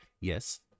yes